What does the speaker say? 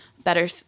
Better